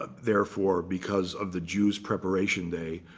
ah therefore, because of the jew's preparation day,